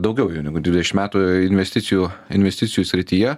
daugiau jau negu dvidešim metų investicijų investicijų srityje